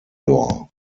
door